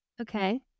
Okay